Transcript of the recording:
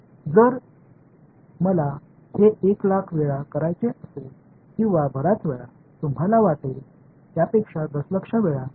आणि जर मला हे 1 लाख वेळा करायचे असेल किंवा बर्याच वेळा तुम्हाला वाटेल त्यापेक्षा दशलक्ष वेळा तर काय होईल